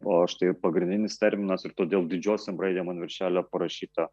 o štai pagrindinis terminas ir todėl didžiosiom raidėm ant viršelio parašyta